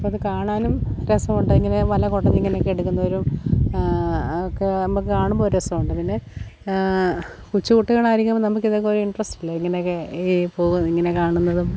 അപ്പോൾ അത് കാണാനും രസമുണ്ട് ഇങ്ങനെ വല കുടഞ്ഞ് ഇങ്ങനെയൊക്കെ എടുക്കുന്നവരും ഒക്കെ നമുക്ക് കാണുമ്പോൾ ഒരു രസമുണ്ട് പിന്നെ കൊച്ചു കുട്ടികൾ ആയിരിക്കുമ്പോൾ നമുക്ക് ഇതൊക്കെ ഒരു ഇൻട്രസ്റ്റ് അല്ലെ ഇങ്ങനെയൊക്കെ ഈ പോകുന്നതും ഇങ്ങന കാണുന്നതും